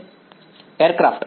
વિદ્યાર્થી એરક્રાફ્ટ